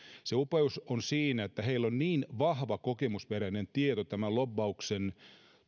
se upeus on siinä että heillä on niin vahva kokemusperäinen tieto lobbauksen